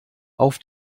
auf